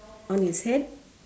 on his head